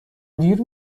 دیر